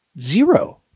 Zero